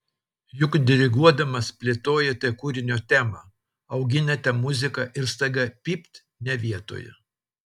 juk diriguodamas plėtojate kūrinio temą auginate muziką ir staiga pypt ne vietoje